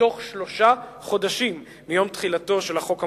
בתוך שלושה חודשים מיום תחילתו של החוק המוצע,